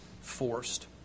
forced